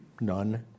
none